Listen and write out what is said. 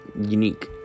unique